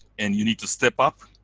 and you need to step up